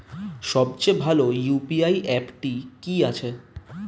সবচেয়ে ভালো ইউ.পি.আই অ্যাপটি কি আছে?